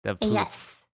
Yes